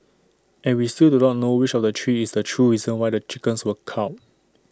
and we still do not know which of the three is the true reason why the chickens were culled